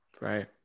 Right